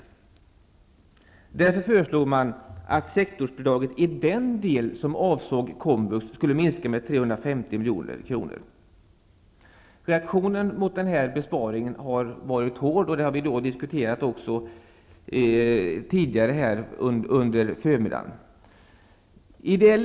Därför föreslog regeringen att sektorsbidraget i den del som avsåg komvux skulle minska med 350 milj.kr. Reaktionen mot besparingen har varit hård, och det har vi diskuterat tidigare under förmiddagen.